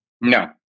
No